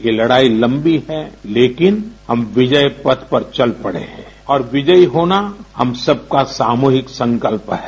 ये लड़ाई लंबी है लेकिन हम विजय पथ पर चल पड़े हैं और विजयी होना हम सबका सामूहिक संकल्प है